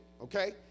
Okay